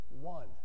one